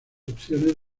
opciones